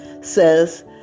says